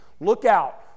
lookout